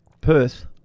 Perth